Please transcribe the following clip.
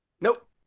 Nope